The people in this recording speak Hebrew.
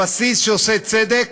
הבסיס שעושה צדק